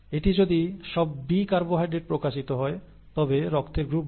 এটি যদি সব B কার্বোহাইড্রেট প্রকাশিত হয় তবে রক্তের গ্রুপ B